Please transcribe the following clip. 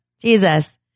Jesus